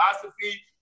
philosophy